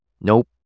Nope